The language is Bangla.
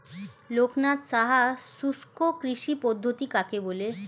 লোকনাথ সাহা শুষ্ককৃষি পদ্ধতি কাকে বলে?